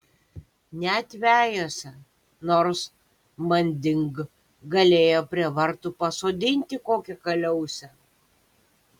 net vejose nors manding galėjo prie vartų pasodinti kokią kaliausę